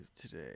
today